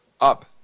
up